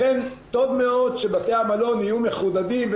לכן טוב מאוד שבתי המלון יהיו מחודדים,